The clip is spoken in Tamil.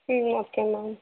சரி ஓகே மேம்